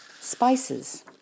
spices